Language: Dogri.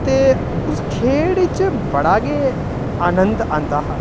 ते उस खेढ च बड़ा गै आनंद औंदा हा